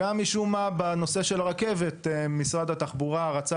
משום מה בנושא של הרכבת משרד התחבורה רצה